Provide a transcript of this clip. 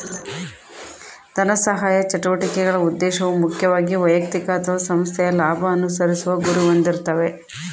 ಧನಸಹಾಯ ಚಟುವಟಿಕೆಗಳ ಉದ್ದೇಶವು ಮುಖ್ಯವಾಗಿ ವೈಯಕ್ತಿಕ ಅಥವಾ ಸಂಸ್ಥೆಯ ಲಾಭ ಅನುಸರಿಸುವ ಗುರಿ ಹೊಂದಿರ್ತಾವೆ